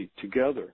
together